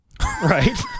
right